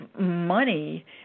money